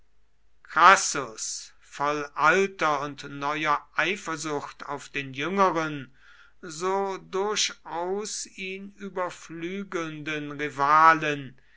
crassus voll alter und neuer eifersucht auf den jüngeren so durchaus ihn überflügelnden rivalen